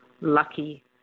lucky